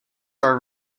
are